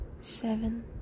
seven